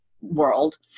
world